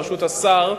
בראשות השר,